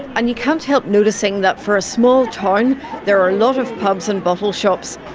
and you can't help noticing that for a small town there are a lot of pubs and bottle shops